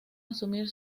asumir